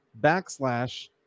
backslash